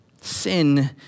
Sin